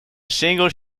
single